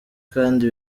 kandi